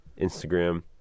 Instagram